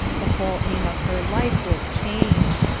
the whole aim of her life was changed,